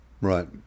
right